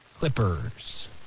Clippers